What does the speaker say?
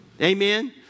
Amen